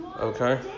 Okay